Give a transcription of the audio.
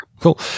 Cool